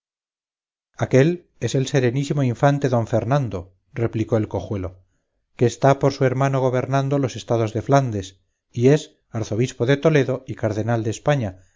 aquél es el serenísimo infante don fernando respondió el cojuelo questá por su hermano gobernando los estados de flandes y es arzobispo de toledo y cardenal de españa